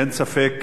אין ספק,